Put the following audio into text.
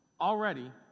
already